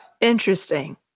Interesting